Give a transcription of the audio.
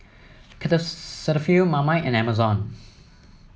Cetaphil Marmite and Amazon